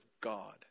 God